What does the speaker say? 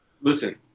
Listen